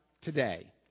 today